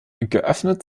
geöffnet